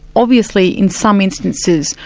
obviously in some instances,